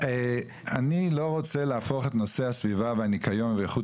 אני לא רוצה להפוך את נושא הסביבה והניקיון ואיכות